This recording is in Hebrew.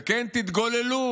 וכן, תתגוללו